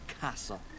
castle